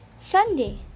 Sunday